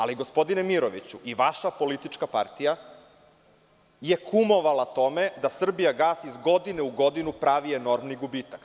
Ali, gospodine Miroviću, i vaša politička partija je kumovala tome da „Srbijagas“ iz godine u godinu pravi enormni gubitak.